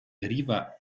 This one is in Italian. deriva